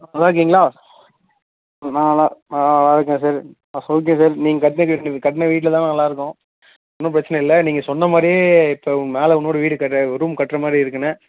நல்லாருக்கீங்களா நான் நல்லா நான் நல்லாருக்கேன் சார் நான் சௌக்கியம் சார் நீங்கள் கட்டின வீ கட்டின வீட்ல தான் நாங்கள்லாம் இருக்கோம் ஒன்றும் பிரச்சன இல்லை நீங்கள் சொன்ன மாரியே இப்போ மேலே இன்னொரு வீடு கட் ரூம் கட்ற மாரி இருக்குண்ணா